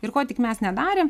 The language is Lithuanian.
ir ko tik mes nedarėm